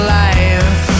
life